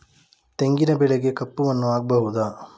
ತೆಂಗಿನ ಬೆಳೆಗೆ ಕಪ್ಪು ಮಣ್ಣು ಆಗ್ಬಹುದಾ?